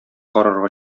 карарга